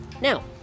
Now